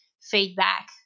feedback